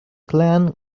clan